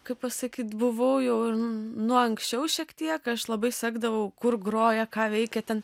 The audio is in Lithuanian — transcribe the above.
kaip pasakyt buvau jau ir nuo anksčiau šiek tiek aš labai sekdavau kur groja ką veikia ten